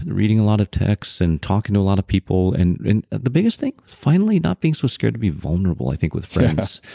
and reading a lot of texts, and talking to a lot of people. and the biggest thing finally not being so scared to be vulnerable, i think with friends.